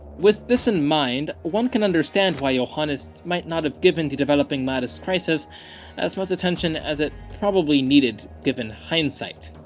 with this in mind, one can understand why yohannes might not have given to developing mahdist crisis as much attention as it probably needed given hindsight.